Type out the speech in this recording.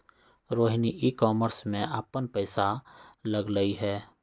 Rohini e commerce में अप्पन पैसा लगअलई ह